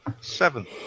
Seven